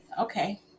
okay